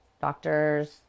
doctors